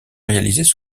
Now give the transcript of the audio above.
réalisés